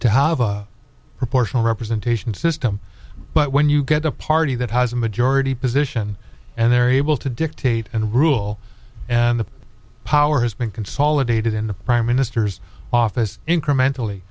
to have a proportional representation system but when you get a party that has a majority position and they're able to dictate and rule and the power has been consolidated in the prime minister's office incrementally